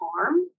harm